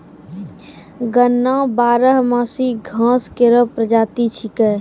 गन्ना बारहमासी घास केरो प्रजाति छिकै